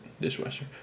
dishwasher